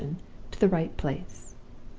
at the right place